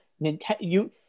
Nintendo